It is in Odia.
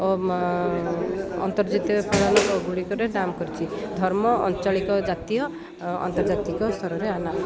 ଓ ଅନ୍ତର୍ଜାତୀୟ ଗୁଡ଼ିକରେ ନାମ୍ କରିଛି ଧର୍ମ ଅଞ୍ଚଳିକ ଜାତୀୟ ଅନ୍ତର୍ଜାତିକ ସ୍ତରରେ ଆ ନାମ୍ କରିଛି